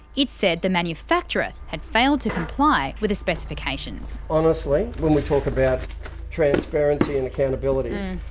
it said the manufacturer had failed to comply with the specifications. honestly when we talk about transparency and accountability.